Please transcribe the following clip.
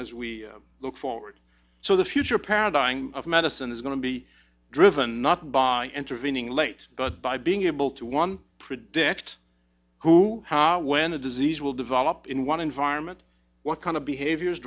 as we look forward so the future paradigm of medicine it's going to be driven not by intervening late but by being able to one predict who how when a disease will develop in one environment what kind of behaviors